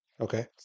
Okay